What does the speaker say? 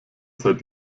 seit